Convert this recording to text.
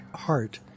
heart